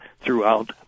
throughout